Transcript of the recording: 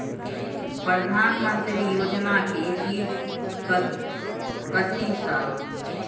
प्रधानमंत्री योजना की चीज कथि सब?